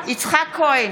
יצחק כהן,